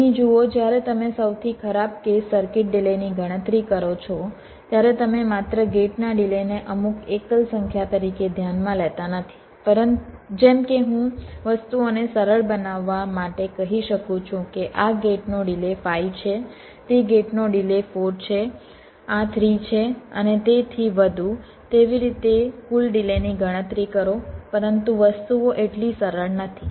અહીં જુઓ જ્યારે તમે સૌથી ખરાબ કેસ સર્કિટ ડિલેની ગણતરી કરો છો ત્યારે તમે માત્ર ગેટના ડિલેને અમુક એકલ સંખ્યા તરીકે ધ્યાનમાં લેતા નથી જેમ કે હું વસ્તુઓને સરળ બનાવવા માટે કહી શકું છું કે આ ગેટનો ડિલે 5 છે તે ગેટનો ડિલે 4 છે આ 3 છે અને તેથી વધુ તેવી રીતે કુલ ડિલેની ગણતરી કરો પરંતુ વસ્તુઓ એટલી સરળ નથી